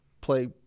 play –